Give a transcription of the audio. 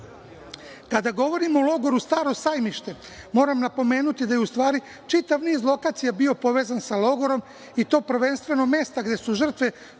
radu. Kada govorimo o logoru „Staro Sajmište“ moram napomenuti da u stvari čitav niz lokacija bio je povezan sa logorom i to prvenstveno mesta gde su žrtve